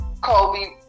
Kobe